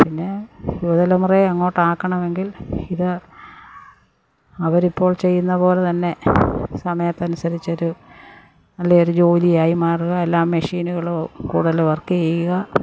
പിന്നെ യുവതലമുറയെ അങ്ങോട്ട് ആക്കണമെങ്കിൽ ഇത് അവരിപ്പോൾ ചെയ്യുന്ന പോലെതന്നെ സമയത്തിനനുസരിച്ചൊരു അല്ലെങ്കിൽ ഒരു ജോലിയായി മാറുക അല്ലെങ്കിൽ മെഷീനുകളോ കൂടുതൽ വർക് ചെയ്യുക